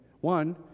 One